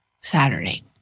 Saturday